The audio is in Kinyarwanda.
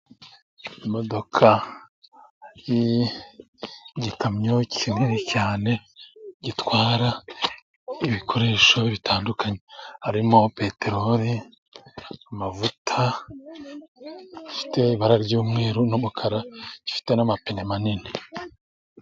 Imodoka y'igikamyo kinini cyane gitwara ibikoresho bitandukanye harimo peteroli, amavuta. Ifite ibara ry'umweru n'umukara gifite n'amapine manini.